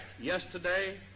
yesterday